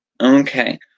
Okay